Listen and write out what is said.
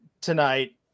tonight